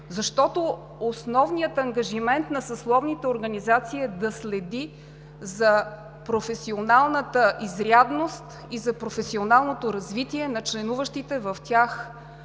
защото основният ангажимент на съсловните организации е да следи за професионалната изрядност и за професионалното развитие на членуващите в тях